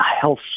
health